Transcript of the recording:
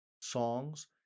songs